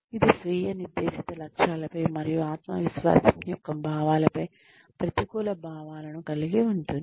ఇది స్వీయ నిర్దేశిత లక్ష్యాలపై మరియు ఆత్మవిశ్వాసం యొక్క భావాలపై ప్రతికూల ప్రభావాలను కలిగి ఉంటుంది